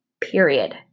Period